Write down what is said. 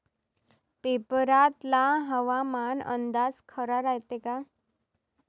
पेपरातला हवामान अंदाज खरा रायते का?